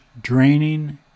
draining